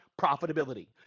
profitability